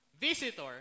Visitor